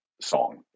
song